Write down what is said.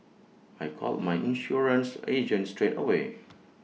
I called my insurance agent straight away